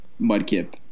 mudkip